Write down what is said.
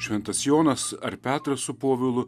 šventas jonas ar petras su povilu